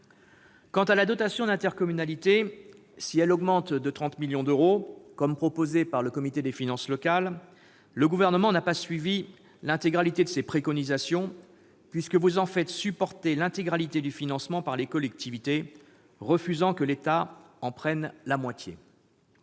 Quant à la dotation d'intercommunalité, elle augmente de 30 millions d'euros, comme l'a proposé le comité des finances locales, le CFL. Néanmoins, le Gouvernement n'a pas suivi la totalité des préconisations du CFL puisque vous faites supporter l'intégralité du financement par les collectivités en refusant que l'État en prenne en charge